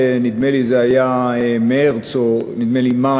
נדמה לי זה היה מרס או מאי,